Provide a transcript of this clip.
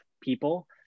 people